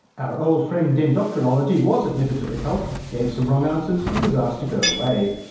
our old friend endocrinology was admitted to the cult, gave some wrong answers and was asked to go away.